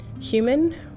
Human